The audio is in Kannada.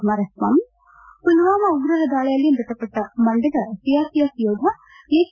ಕುಮಾರಸ್ವಾಮಿ ಮಲ್ವಾಮಾ ಉಗ್ರರ ದಾಳಿಯಲ್ಲಿ ಮೃತಪಟ್ಟ ಮಂಡ್ಯದ ಸಿಆರ್ಪಿಎಫ್ ಯೋಧ ಎಚ್